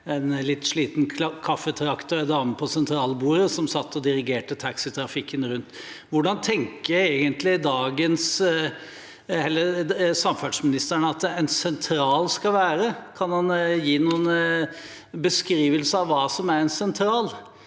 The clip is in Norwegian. en litt slitt kaffetrakter og en dame på sentralbordet som satt og dirigerte taxitrafikken rundt. Hvordan tenker egentlig samferdselsministeren at en sentral skal være? Kan han gi en beskrivelse av hva som er en sentral?